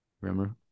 Remember